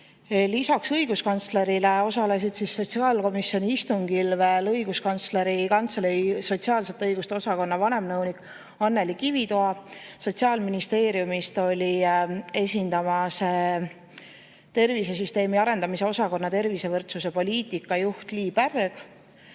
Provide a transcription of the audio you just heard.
Lisaks õiguskantslerile osales sotsiaalkomisjoni istungil veel Õiguskantsleri Kantselei sotsiaalsete õiguste osakonna vanemnõunik Anneli Kivitoa. Sotsiaalministeeriumi olid esindamas tervisesüsteemi arendamise osakonna tervisevõrdsuse poliitika juht Lii Pärg